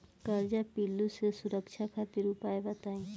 कजरा पिल्लू से सुरक्षा खातिर उपाय बताई?